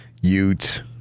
Ute